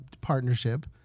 partnership